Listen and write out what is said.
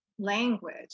Language